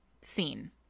Scene